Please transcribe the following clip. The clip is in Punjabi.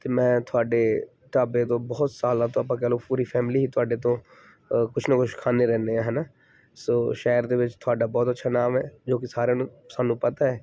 ਮੈਂ ਤੁਹਾਡੇ ਢਾਬੇ ਤੋਂ ਬਹੁਤ ਸਾਲਾਂ ਤੋਂ ਆਪਾਂ ਕਹਿ ਲਓ ਪੂਰੀ ਫੈਮਿਲੀ ਹੀ ਤੁਹਾਡੇ ਤੋਂ ਕੁਛ ਨਾ ਕੁਛ ਖਾਂਦੇ ਰਹਿੰਦੇ ਹਾਂ ਹੈ ਨਾ ਸੋ ਸ਼ਹਿਰ ਦੇ ਵਿੱਚ ਤੁਹਾਡਾ ਬਹੁਤ ਅੱਛਾ ਨਾਮ ਹੈ ਜੋ ਕਿ ਸਾਰਿਆਂ ਨੂੰ ਸਾਨੂੰ ਪਤਾ ਹੈ